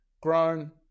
grown